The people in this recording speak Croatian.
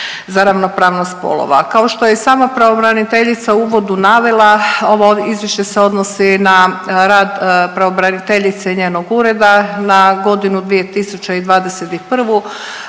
za ravnopravnost spolova. Kao što je i sama pravobraniteljica u uvodu navela ovo izvješće se odnosi na rad pravobraniteljice i njenog ureda, na godinu 2021.g.